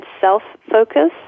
self-focus